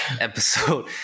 episode